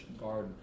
garden